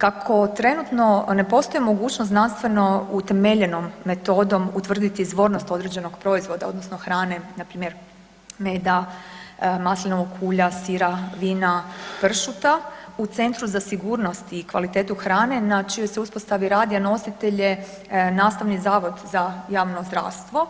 Kako trenutno ne postoji mogućnost znanstveno utemeljenom metodom utvrditi izvornost određenog proizvoda odnosno hrane, meda, maslinovog ulja, sira, vina, pršuta, u Centru za sigurnost i kvalitetu hrane na čijoj se uspostavi radi, a nositelj je Nastavni zavod za javno zdravstvo,